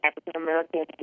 African-American